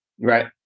Right